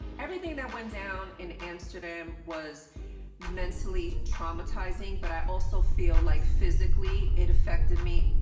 everything that went down in amsterdam was mentally traumatizing, but i also feel like physically it affected me.